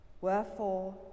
wherefore